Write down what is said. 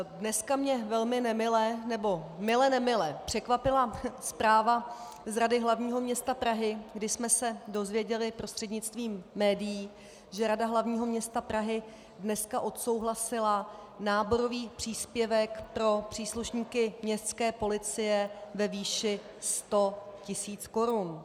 Dneska mě velmi nemile, nebo mile nemile překvapila zpráva z Rady hlavního města Prahy, kdy jsme se dozvěděli prostřednictvím médií, že Rada hlavního města Prahy dneska odsouhlasila náborový příspěvek pro příslušníky městské policie ve výši 100 tisíc korun.